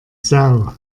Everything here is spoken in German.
sau